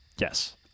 yes